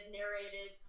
narrated